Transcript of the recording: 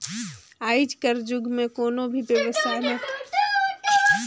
आएज कर जुग में कोनो भी बेवसाय में फयदा नोसकान कर गियान हर बिगर आडिट कर पता नी चले